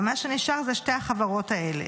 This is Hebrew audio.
ומה שנשאר זה שתי החברות האלה.